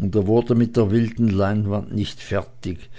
er wurde mit der wilden leinwand nicht fertig